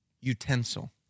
Utensil